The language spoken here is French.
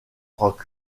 rock